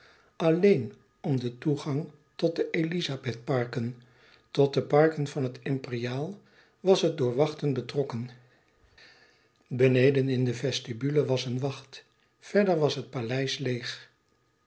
alleen om den toegang tot de elizabethparken tot de parken van het imperiaal was het door wachten betrokken beneden in de vestibule was een wacht verder was het paleis leêg